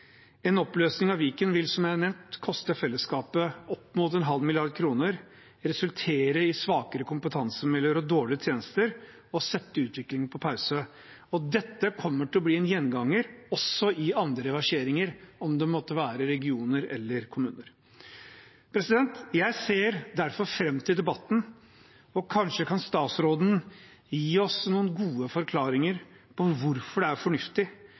En oppløsning av Viken vil, som jeg har nevnt, koste fellesskapet opp mot en halv milliard kroner, resultere i svakere kompetansemiljøer og dårligere tjenester og sette utviklingen på pause. Dette kommer til å bli en gjenganger også i andre reverseringer, om det måtte være regioner eller kommuner. Jeg ser derfor fram til debatten. Kanskje kan statsråden gi oss noen gode forklaringer på hvorfor det er fornuftig